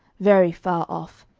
very far off,